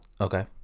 Okay